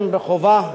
בחובה,